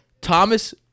Thomas